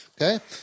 Okay